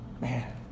Man